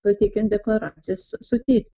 pateikiant deklaracijas suteikt